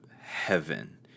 heaven